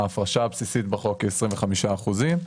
ההפרשה הבסיסית בחוק היא 25 אחוזים,